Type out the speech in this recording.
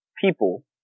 people